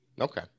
Okay